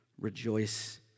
rejoice